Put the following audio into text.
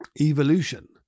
evolution